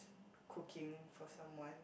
cooking for someone